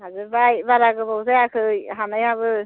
हाजोबबाय बारा गोबाव जायाखै हानायआबो